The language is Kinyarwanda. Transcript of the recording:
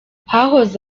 hahoze